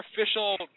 official